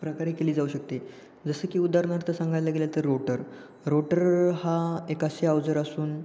प्रकारे केली जाऊ शकते जसं की उदाहरणार्थ सांगायला गेलं तर रोटर रोटर हा एक असे अवजार असून